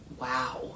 Wow